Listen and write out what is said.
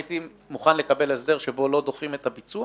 הייתי מוכן לקבל הסדר שבו לא דוחים את הביצוע